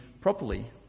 properly